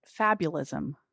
fabulism